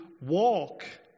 walk